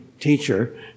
Teacher